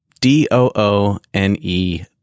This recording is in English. D-O-O-N-E